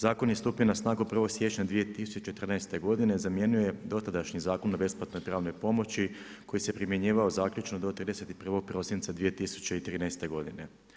Zakon je stupio na snagu 1. siječnja 2014. godine, zamjenjuje dotadašnji Zakon o besplatnoj pravnoj pomoći koji se primjenjivao zaključno do 31. prosinca 2013. godine.